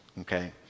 okay